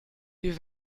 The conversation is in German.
wie